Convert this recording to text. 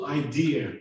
idea